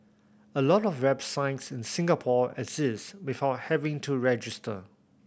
a lot of websites in Singapore exist without having to register